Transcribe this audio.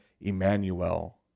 Emmanuel